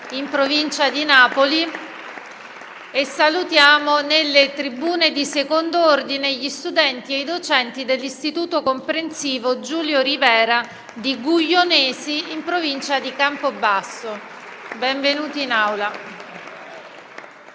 in provincia di Napoli, e nelle tribune di secondo ordine gli studenti e i docenti dell'Istituto comprensivo «Giulio Rivera» di Guglionesi, in provincia di Campobasso. Benvenuti.